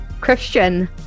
christian